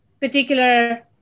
particular